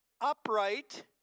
upright